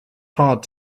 hard